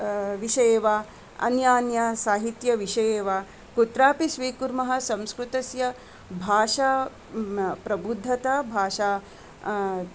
विषये व अन्यान्यसाहित्यविषये वा कुत्रापि स्वीकुर्मः संस्कृतस्य भाषा प्रबुद्धता भाषा